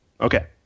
Okay